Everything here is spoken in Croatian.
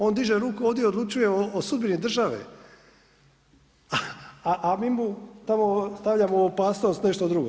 On diže ruku ovdje i odlučuje o sudbini države, a mi mu tamo stavljamo u opasnost nešto drugo.